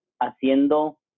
haciendo